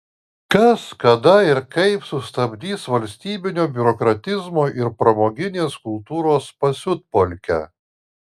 kas kada ir kaip sustabdys valstybinio biurokratizmo ir pramoginės kultūros pasiutpolkę